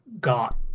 got